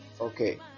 okay